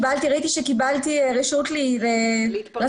ראיתי שקיבלתי רשות --- להתפרץ?